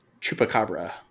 Chupacabra